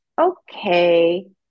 okay